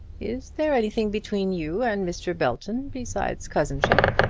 is there anything between you and mr. belton besides cousinship?